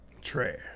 Trash